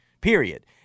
period